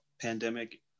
pandemic